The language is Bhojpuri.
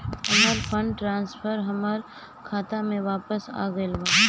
हमर फंड ट्रांसफर हमर खाता में वापस आ गईल बा